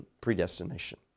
predestination